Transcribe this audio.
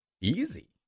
Easy